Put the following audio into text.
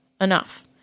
enough